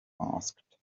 asked